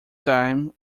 time